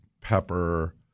pepper